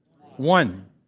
One